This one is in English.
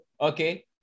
okay